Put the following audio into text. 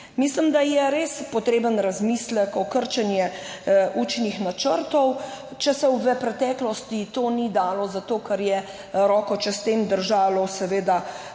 Mislim, da je res potreben razmislek o krčenju učnih načrtov. Če se v preteklosti to ni dalo zato, ker je roko čez to držal Zavod